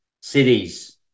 cities